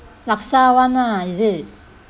laksa [one] lah is it